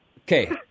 Okay